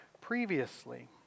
previously